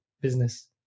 business